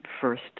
first